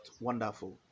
Wonderful